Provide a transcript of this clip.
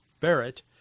Barrett